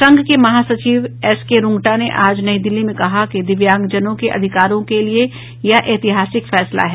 संघ के महासचिव एस के रूंग्टा ने आज नई दिल्ली में कहा कि दिव्यांगजनों के अधिकारों के लिए यह ऐतिहासिक फैसला है